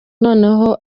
noneho